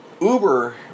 Uber